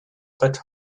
but